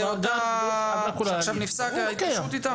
עכשיו נפסקת ההתקשרות איתם?